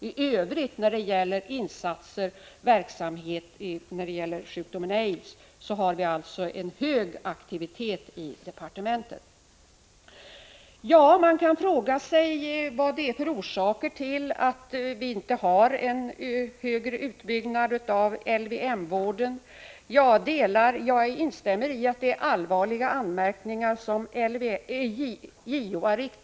T övrigt när det gäller insatser och verksamhet beträffande sjukdomen aids har vi en hög aktivitet i departementet. Man kan fråga sig vad det är för orsaker till att vi inte har en kraftigare utbyggnad av LVM-vården. Jag instämmer i att det är allvarliga anmärkningar som JO har framställt.